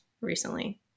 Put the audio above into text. recently